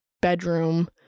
bedroom